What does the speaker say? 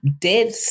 dead